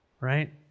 right